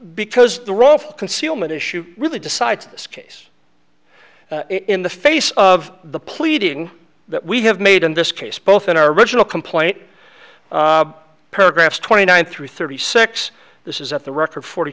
because the role of concealment issue really decides this case in the face of the pleading that we have made in this case both in our original complaint paragraphs twenty nine through thirty six this is at the record forty